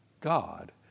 God